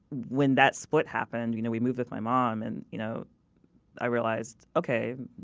when that split happened, you know we moved with my mom, and you know i realized, ok,